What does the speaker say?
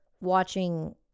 watching